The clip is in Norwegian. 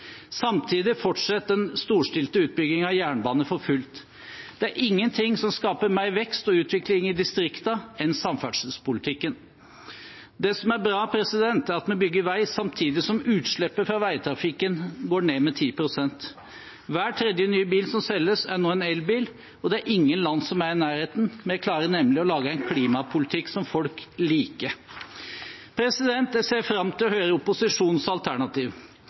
Samtidig fortsetter den storstilte utbyggingen av jernbanen for fullt. Det er ingenting som skaper mer vekst og utvikling i distriktene enn samferdselspolitikken. Det som er bra, er at vi bygger vei samtidig som utslippet fra veitrafikken går ned med 10 pst. Hver tredje nye bil som selges, er nå en elbil, og det er ingen land som er i nærheten. Vi klarer nemlig å lage en klimapolitikk som folk liker. Jeg ser fram til å høre opposisjonens alternativ.